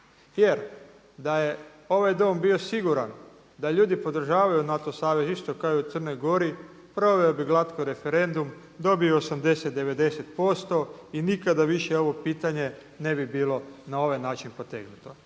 jer da je ovaj Dom bio siguran da ljudi podržavaju NATO savez isto kao i u Crnoj Gori proveo bi glatko referendum, dobio 80, 90% i nikada više ovo pitanje ne bi bilo na ovaj način potegnuto.